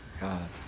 God